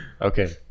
okay